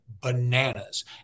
bananas